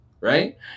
Right